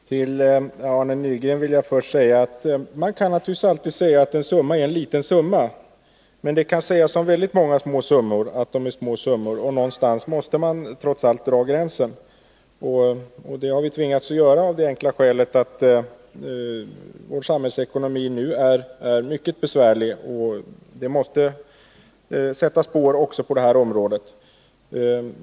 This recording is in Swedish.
Herr talman! Till Arne Nygren vill jag replikera att man naturligtvis alltid kan säga att en summa är en liten summa. Det kan man säga om väldigt många små summor, men någonstans måste man trots allt dra gränsen. Det 105 har vi här tvingats göra av det enkla skälet att vår samhällsekonomi nu är mycket besvärlig. Det måste sätta spår också på det här området.